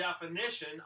definition